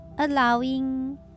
Allowing